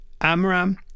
Amram